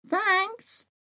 Thanks